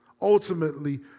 ultimately